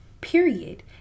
Period